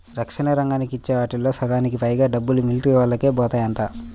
రక్షణ రంగానికి ఇచ్చే ఆటిల్లో సగానికి పైగా డబ్బులు మిలిటరీవోల్లకే బోతాయంట